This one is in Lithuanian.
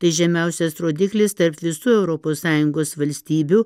tai žemiausias rodiklis tarp visų europos sąjungos valstybių